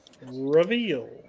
reveal